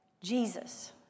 Jesus